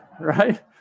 Right